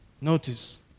Notice